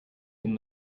can